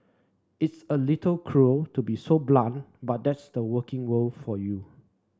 it's a little cruel to be so blunt but that's the working world for you